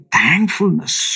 Thankfulness